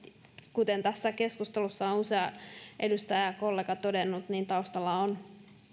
kuten tässä keskustelussa on usea edustajakollega todennut taustalla on